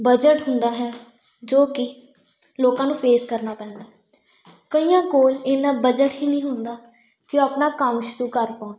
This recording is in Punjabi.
ਬਜਟ ਹੁੰਦਾ ਹੈ ਜੋ ਕਿ ਲੋਕਾਂ ਨੂੰ ਫੇਸ ਕਰਨਾ ਪੈਂਦਾ ਕਈਆਂ ਕੋਲ ਇੰਨਾ ਬਜਟ ਹੀ ਨਹੀਂ ਹੁੰਦਾ ਕਿ ਉਹ ਆਪਣਾ ਕੰਮ ਸ਼ੁਰੂ ਕਰ ਪਾਉਣ